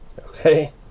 okay